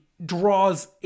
Draws